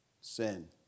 Sin